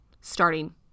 starting